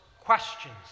Questions